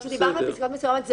אנחנו דיברנו על פסקאות מסוימות.